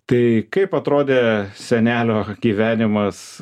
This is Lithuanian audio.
tai kaip atrodė senelio gyvenimas